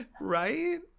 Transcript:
Right